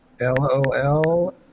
LOL